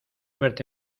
verte